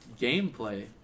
gameplay